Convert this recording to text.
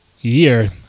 year